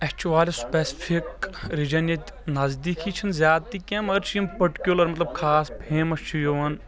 اَسہِ چُھ واریاہ سپیسفک رِجن ییٚتہِ نزدیٖکی چھُ نہٕ زیادٕ کیٚنٛہہ مَگر چھُ یہِ پٹیکیولر مطلب خاص فیمَس چھُ یوان